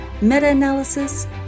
meta-analysis